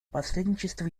посредничество